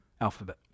alphabet